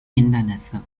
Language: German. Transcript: hindernisse